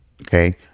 Okay